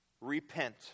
Repent